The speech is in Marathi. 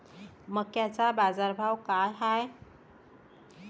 मक्याचा बाजारभाव काय हाय?